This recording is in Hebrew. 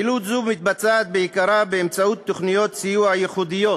פעילות זו מתבצעת בעיקרה באמצעות תוכניות סיוע ייחודיות